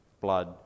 blood